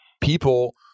people